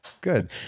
Good